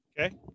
Okay